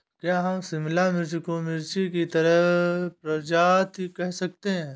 क्या हम शिमला मिर्च को मिर्ची की एक प्रजाति कह सकते हैं?